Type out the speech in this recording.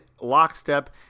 lockstep